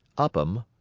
upham,